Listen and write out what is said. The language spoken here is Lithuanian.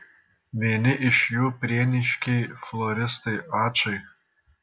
vieni iš jų prieniškiai floristai ačai